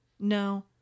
No